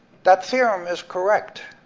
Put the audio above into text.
that theorem is correct,